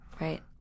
Right